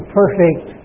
perfect